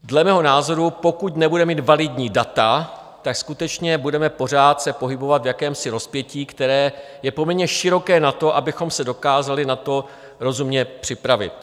Dle mého názoru, pokud nebudeme mít validní data, skutečně budeme pořád se pohybovat v jakémsi rozpětí, které je poměrně široké na to, abychom se dokázali na to rozumně připravit.